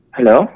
Hello